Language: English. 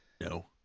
No